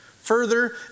further